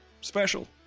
special